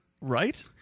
right